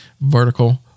vertical